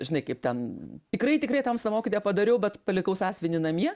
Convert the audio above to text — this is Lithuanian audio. žinai kaip ten tikrai tikrai tamsta mokytoja padariau bet palikau sąsiuvinį namie